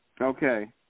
Okay